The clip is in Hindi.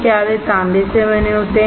क्या वे तांबे से बने होते हैं